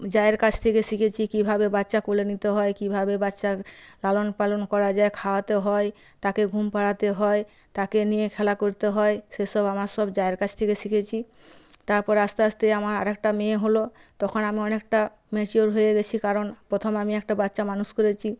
জায়ের কাছ থেকে শিখেছি কীভাবে বাচ্চা কোলে নিতে হয় কীভাবে বাচ্চার লালন পালন করা যায় খাওয়াতে হয় তাকে ঘুম পাড়াতে হয় তাকে নিয়ে খেলা করতে হয় সেসব আমার সব জায়ের কাছ থেকে শিখেছি তারপর আস্তে আস্তে আমার আরেকটা মেয়ে হল তখন আমি অনেকটা ম্যাচিওর হয়ে গেছি কারণ প্রথমে আমি একটা বাচ্চা মানুষ করেছি